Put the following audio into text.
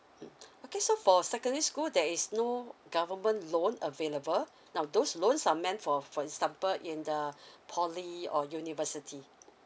mm okay so for secondary school there is no government loan available now those loan are meant for for example in the poly or university